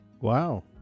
Wow